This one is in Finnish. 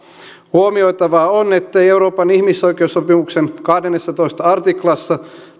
huomioitavaa on ettei euroopan ihmisoikeussopimuksen kahdennessatoista artiklassa